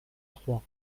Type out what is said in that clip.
trois